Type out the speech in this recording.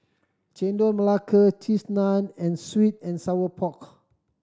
Chendol Melaka Cheese Naan and sweet and sour pork